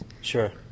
Sure